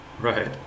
Right